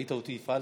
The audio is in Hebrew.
ראית שהפעלתי?